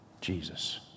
Jesus